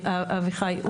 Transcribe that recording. אביחי,